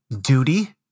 duty